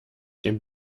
dem